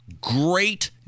great